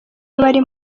abari